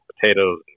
potatoes